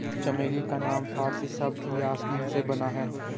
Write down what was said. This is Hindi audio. चमेली का नाम फारसी शब्द यासमीन से बना है